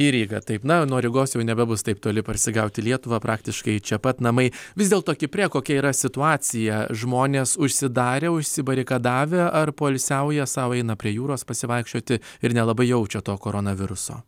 į rygą taip na nuo rygos jau nebebus taip toli parsigaut į lietuvą praktiškai čia pat namai vis dėlto kipre kokia yra situacija žmonės užsidarę užsibarikadavę ar poilsiauja sau eina prie jūros pasivaikščioti ir nelabai jaučia to koronaviruso